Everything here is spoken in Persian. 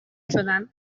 شدن